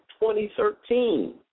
2013